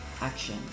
action